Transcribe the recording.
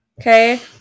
okay